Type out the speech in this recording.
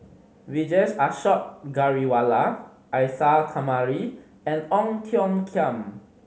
Vijesh Ashok Ghariwala Isa Kamari and Ong Tiong Khiam